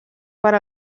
per